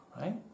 right